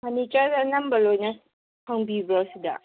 furniture ꯑꯅꯝꯕ ꯂꯣꯏꯅ ꯐꯪꯕꯤꯕ꯭ꯔꯣ ꯁꯤꯗ